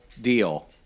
deal